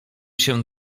się